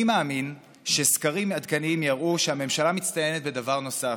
אני מאמין שסקרים עדכניים יראו שהממשלה מצטיינת בדבר נוסף,